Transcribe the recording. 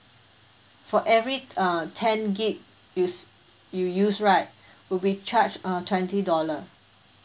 for every uh ten gig use you use right will be charged uh twenty dollar